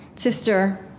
sister,